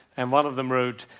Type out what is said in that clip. and one of them wrote,